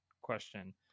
question